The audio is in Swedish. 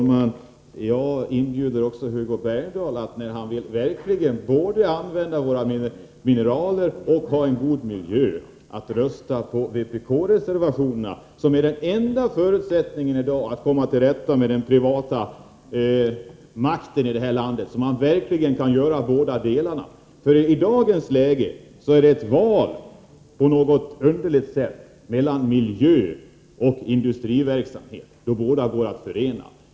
Herr talman! Jag inbjuder också Hugo Bergdahl — om han verkligen vill både använda våra mineraler och ha en god miljö — att rösta på vpkreservationerna, som anvisar den enda förutsättningen i dag att komma till rätta med den privata makten i det här landet. I dag är det på något underligt sätt fråga om ett val mellan miljö och industriverksamhet. Dessa båda går att förena.